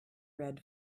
read